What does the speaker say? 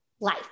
life